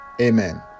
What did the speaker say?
amen